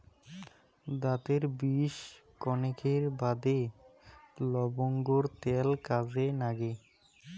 দাতের বিষ কণেকের বাদে লবঙ্গর ত্যাল কাজে নাগে